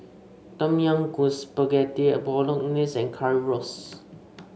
Tom Yam Goong Spaghetti Bolognese and Currywurst